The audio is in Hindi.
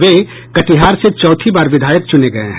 वे कटिहार से चौथी बार विधायक चुने गये हैं